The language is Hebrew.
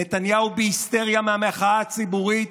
נתניהו בהיסטריה מהמחאה הציבורית,